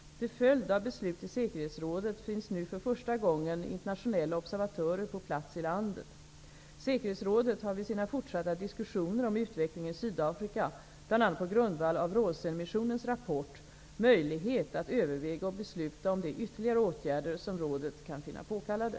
Till följd av beslut i Säkerhetsrådet finns nu för första gången internationella observatörer på plats i landet. Säkerhetsrådet har vid sina fortsatta diskussioner om utvecklingen i Sydafrika, bl.a. på grundval av Vraalsen-missionens rapport, möjlighet att överväga och besluta om de ytterligare åtgärder som rådet kan finna påkallade.